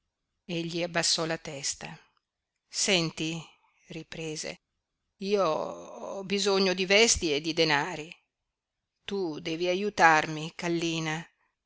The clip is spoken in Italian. pari egli abbassò la testa senti riprese io ho bisogno di vesti e di denari tu devi aiutarmi kallina